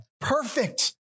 Perfect